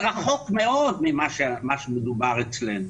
זה רחוק מאוד ממה שמדובר אצלנו.